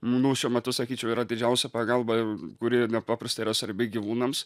nu šiuo metu sakyčiau yra didžiausia pagalba kuri nepaprastai yra svarbi gyvūnams